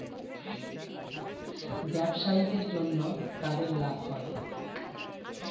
ব্যবসায়ীদের জন্য তাদের লাভ হয়